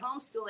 homeschooling